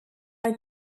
are